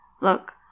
Look